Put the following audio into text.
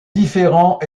différent